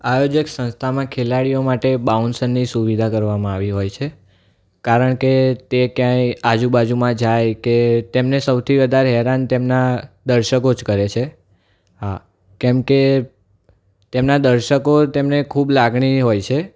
આયોજક સંસ્થામાં ખેલાડીઓ માટે બાઉન્સરની સુવિધા કરવામાં આવી હોય છે કારણ કે તે ક્યાંય આજુબાજુમાં જાય કે તેમને સૌથી વધારે હેરાન તેમના દર્શકો જ કરે છે હા કેમ કે તેમના દર્શકો તેમને ખૂબ લાગણી હોય છે